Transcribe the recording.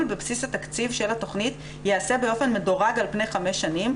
בבסיס התקציב של התכנית ייעשה באופן מדורג על פני חמש שנים,